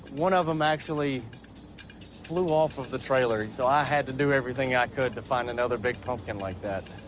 one of them actually flew off of the trailer, so i had to do everything i could to find another big pumpkin like that.